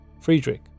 Friedrich